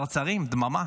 צרצרים, דממה,